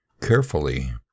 Carefully